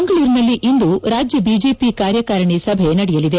ಮಂಗಳೂರಿನಲ್ಲಿ ಇಂದು ರಾಜ್ಯ ಬಿಜೆಪಿ ಕಾರ್ಯಕಾರಿಣಿ ಸಭೆ ನಡೆಯಲಿದೆ